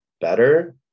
better